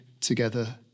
together